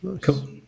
cool